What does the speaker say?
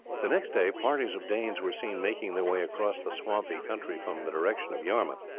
the next day parties of danes were seen making their way across the swampy country from the direction of yarmouth.